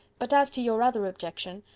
but as to your other objection,